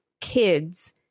kids